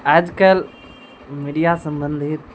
आइकाल्हि मीडिया सम्बन्धित